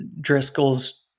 Driscoll's